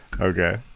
Okay